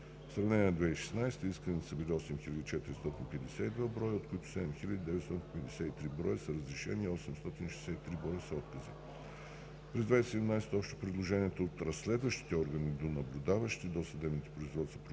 За сравнение, през 2016 г. исканията са били 8452 броя, от които 7953 броя са разрешенията и 863 броя са отказите. През 2017 г. общо предложенията от разследващите органи до наблюдаващи досъдебните производства